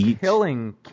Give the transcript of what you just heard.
killing